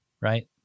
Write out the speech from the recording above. right